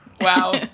Wow